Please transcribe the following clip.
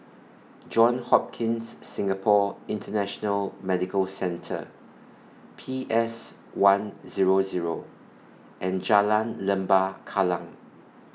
Johns Hopkins Singapore International Medical Centre P S one Zero Zero and Jalan Lembah Kallang